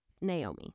Naomi